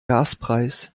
gaspreis